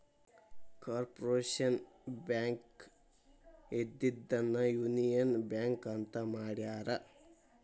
corporation bank ಇದ್ದಿದ್ದನ್ನ union bank ಅಂತ ಮಾಡ್ಯಾರ